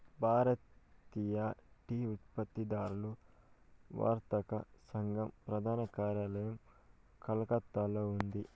భారతీయ tea ఉత్పత్తిదారుల వర్తక సంఘం ప్రధాన కార్యాలయం కలకత్తాలో ఉంది